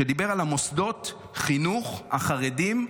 שדיבר על מוסדות החינוך החרדיים,